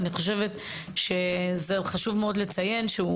ואני חושבת שזה חשוב מאוד לציין שהוא